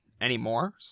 anymore